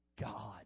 God